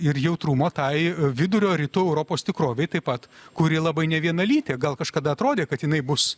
ir jautrumo tai vidurio rytų europos tikrovei taip pat kuri labai nevienalytė gal kažkada atrodė kad jinai bus